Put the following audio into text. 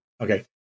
Okay